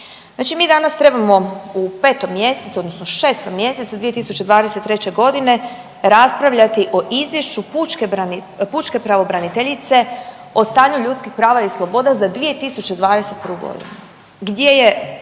Znači mi danas trebamo u 5. mj. odnosno 6. mj. 2023. g. raspravljati o Izvješću pučke pravobraniteljice o stanju ljudskih prava i sloboda za 2021. g.